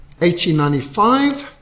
1895